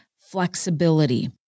flexibility